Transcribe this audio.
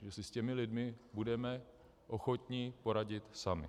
My si s těmi lidmi budeme ochotni poradit sami.